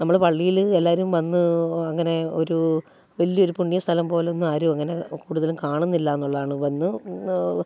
നമ്മൾ പള്ളിയിൽ എല്ലാവരും വന്ന് അങ്ങനെ ഒരു വലിയൊരു പുണ്യ സ്ഥലം പോലൊന്നും ആരും അങ്ങനെ കൂടുതലും കാണുന്നില്ല എന്നുള്ളതാണ്